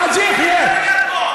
חאג' יחיא,